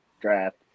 draft